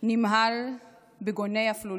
נמהל בגוני אפלולית,